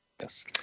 Yes